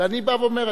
ואני בא ואומר,